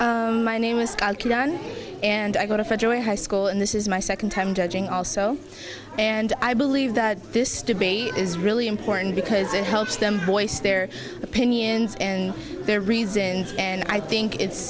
s my name and i go to join high school and this is my second time judging also and i believe that this debate is really important because it helps them boyce their opinions and their reasons and i think it's